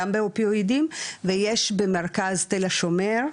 גם לאופיואידים ויש במרכז תל השומר,